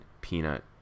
peanut